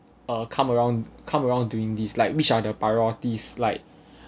uh come around come around doing this like which are the priorities like